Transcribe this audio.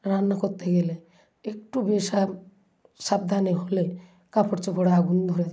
রান্না করতে গেলে একটু বে সাবধানে হলে কাপড় চোপড়ে আগুন ধরে যায়